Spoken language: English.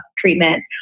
treatment